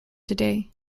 today